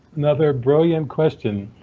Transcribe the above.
another brilliant question,